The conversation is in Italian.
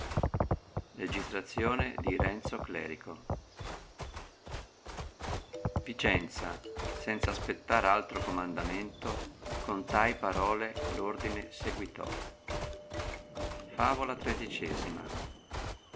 dell enimma che vicenza senz aspettar altro comandamento con tai parole l'ordine seguitò favola